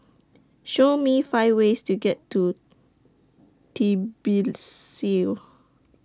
Show Me five ways to get to